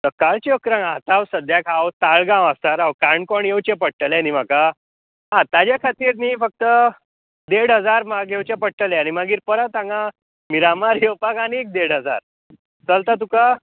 सकाळच्या अकरांक आतां सद्द्याक हांव ताळगांव आसा राव काणकोण येवचें पडटलें न्ही म्हाका आं ताज्या खातीर न्ही फक्त देड हजार मा घेवचें पडटलें आनी मागीर परत हांगा मिरामार येवपाक आनीक देड हजार चलता तुका हय